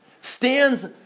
stands